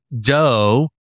Doe